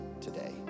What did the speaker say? today